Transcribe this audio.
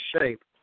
shape